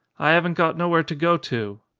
i aven't got nowhere to go to.